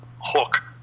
hook